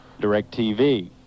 DirecTV